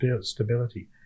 stability